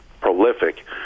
prolific